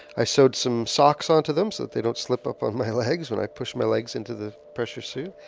i sewed some socks onto them so they don't slip up on my legs when i push my legs into the pressure suit.